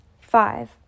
Five